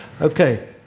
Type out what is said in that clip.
Okay